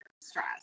stress